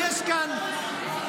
אני הכנסתי את זה לבסיס התקציב,